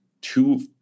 two